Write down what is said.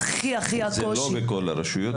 אי אפשר להמשיך מדיון לעוד דיון בוועדה,